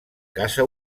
casa